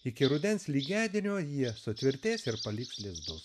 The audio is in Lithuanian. iki rudens lygiadienio jie sutvirtės ir paliks lizdus